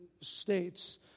states